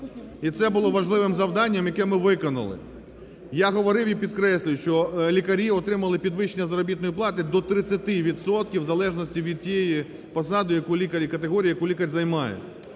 І це було важливим завданням, яке ми виконали. Я говорив і підкреслюю, що лікарі отримали підвищення заробітної плати до 30 відсотків в залежності від тієї посади, яку лікар...